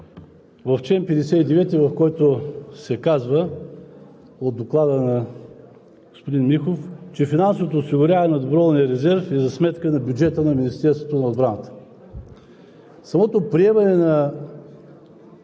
Уважаеми господин Председател, уважаеми госпожи и господа народни представители! Още едно потвърждение на това, което казах преди – в чл. 59 от Доклада на